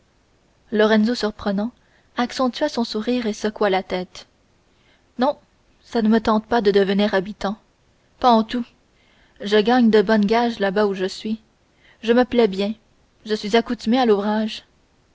lorenzo surprenant accentua son sourire et secoua la tête non ça ne me tente pas de devenir habitant pas en tout je gagne de bonnes gages là où le suis je me plais bien je suis accoutumé à l'ouvrage